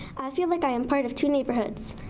feel like i am part of two neighborhoods.